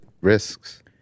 risks